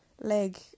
leg